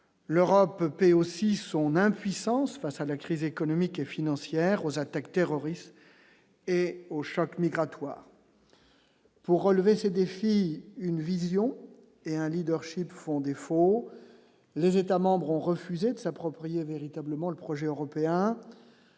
l'Europe paie aussi son impuissance face à la crise économique et financière aux attaques terroristes et aux chocs migratoires. Pour relever ces défis, une vision et un Leadership font défaut, les États membres ont refusé de s'approprier véritablement le projet européen